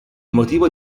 motivo